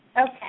Okay